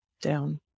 down